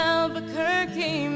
Albuquerque